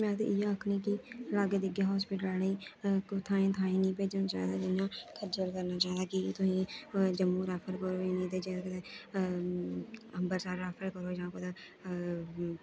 में ते इयै आखनी कि लाग्गे दिग्गे हास्पटिल आह्ले कोई थाहें थाहें निं भेजना चाहिदा जियां खज्जल करना चाहिदा कि तुहेंगी जम्मू रैफर करो जां जैदातर अंबरसर रैफर करो जां कुतै